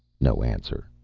no answer.